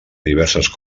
diverses